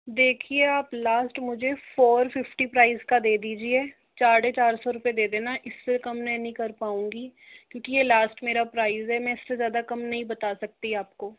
देखिए आप लास्ट मुझे फोर फिफ़्टी प्राइस का दे दीजिये साढ़े चार सौ रूपए दे देना इसे कम मैं नहीं कर पाऊंगी क्योंकि यह लास्ट मेरा प्राइस है मैं इससे ज़्यादा कम नहीं बता सकती आपको